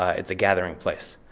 ah it's a gathering place.